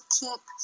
keep